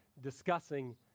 discussing